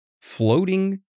floating